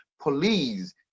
police